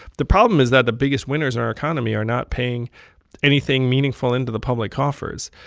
the problem is that the biggest winners in our economy are not paying anything meaningful into the public coffers.